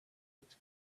its